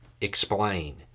explain